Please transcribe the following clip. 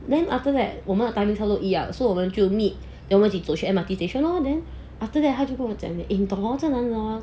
then after that 我们的 timing 都差不多一样我们就 meet then 我们一起走去 M_R_T station lor then after that 他就跟我讲 leh eh 你懂 hor 你懂这个男的 hor